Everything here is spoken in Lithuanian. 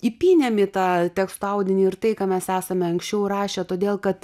įpynėm į tą tekstą audinį ir tai ką mes esame anksčiau rašę todėl kad